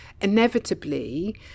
inevitably